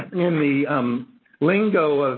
in the um lingo